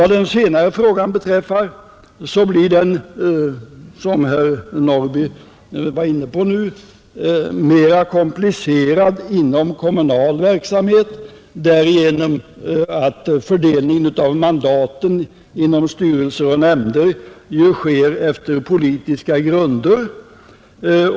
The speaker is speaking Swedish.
Den senare frågan blir, som herr Norrby nyss var inne på, mera komplicerad inom kommunal verksamhet därigenom att fördelningen av mandaten inom styrelser och nämnder ju sker på politiska grunder.